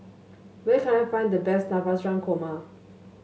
where can I find the best Navratan Korma